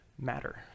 matter